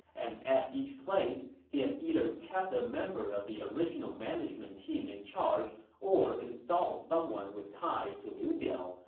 and at each place, he has either kept a member of the original management team in charge or installed someone with ties to liu biao,